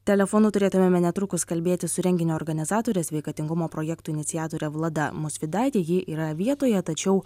telefonu turėtumėme netrukus kalbėti su renginio organizatore sveikatingumo projekto iniciatore vlada musvydaite ji yra vietoje tačiau